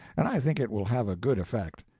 and i think it will have a good effect.